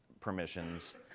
permissions